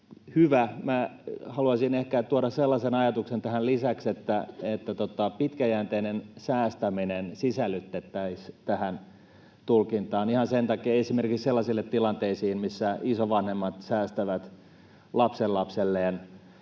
hyvä. Haluaisin ehkä tuoda sellaisen ajatuksen tähän lisäksi, että pitkäjänteinen säästäminen sisällytettäisiin tähän tulkintaan, ihan esimerkiksi sellaisiin tilanteisiin, missä isovanhemmat säästävät lapsenlapselleen